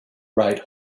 ride